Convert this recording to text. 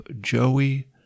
Joey